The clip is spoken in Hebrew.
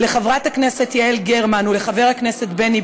לחברת הכנסת רויטל סויד,